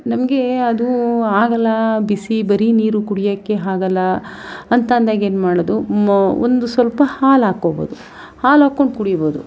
ನಮಗೆ ಅದು ಆಗೋಲ್ಲ ಬಿಸಿ ಬರೀ ನೀರು ಕುಡಿಯೋಕ್ಕೆ ಆಗೋಲ್ಲ ಅಂತಂದಾಗ ಏನು ಮಾಡೋದು ಒಂದು ಸ್ವಲ್ಪ ಹಾಲು ಹಾಕ್ಕೋಬೋದು ಹಾಲು ಹಾಕೊಂಡು ಕುಡಿಬೋದು